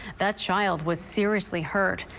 that child was seriously hurt.